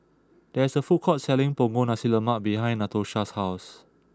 there is a food court selling Punggol Nasi Lemak behind Natosha's house